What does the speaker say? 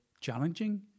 challenging